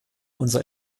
unser